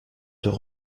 deux